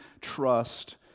trust